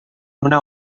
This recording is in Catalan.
una